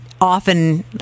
often